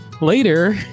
Later